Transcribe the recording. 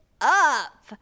up